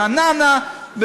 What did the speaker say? ברעננה,